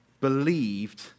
believed